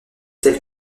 tels